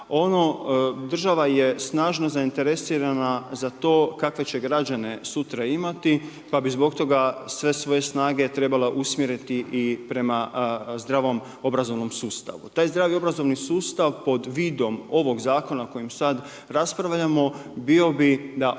Država je snažno zainteresirana za to kakve će građane sutra imati, pa bi zbog toga sve svoje snage trebala usmjeriti i prema zdravom obrazovnom sustavu. Taj zdravi obrazovni sustav, pod vidom ovog zakona o kojem sada raspravljamo, bio bi da osposobi